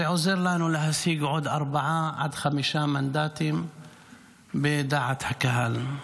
זה עוזר לנו להשיג עוד ארבעה עד חמישה מנדטים בדעת הקהל.